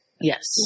Yes